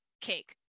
cake